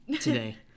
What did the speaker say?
today